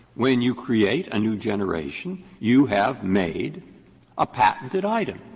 when you create a new generation, you have made a patented item,